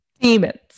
demons